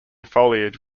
foliage